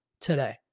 today